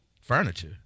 Furniture